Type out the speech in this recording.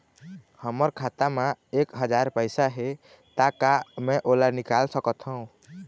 हमर खाता मा एक हजार पैसा हे ता का मैं ओला निकाल सकथव?